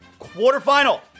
quarterfinal